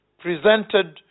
presented